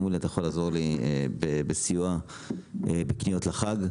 אומרים לי 'אתה יכול לעזור לי בסיוע בקניות לחג?',